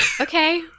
Okay